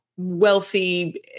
wealthy